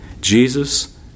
Jesus